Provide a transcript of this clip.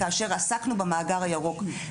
כאשר עסקנו במאגר הירוק.